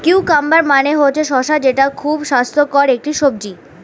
cucumber মানে হচ্ছে শসা যেটা খুবই স্বাস্থ্যকর একটি সবজি